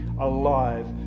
alive